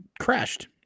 crashed